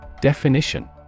Definition